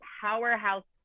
powerhouse